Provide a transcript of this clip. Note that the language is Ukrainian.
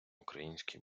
український